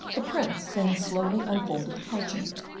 the prince then slowly unfolded the parchment,